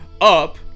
up